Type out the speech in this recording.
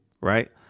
Right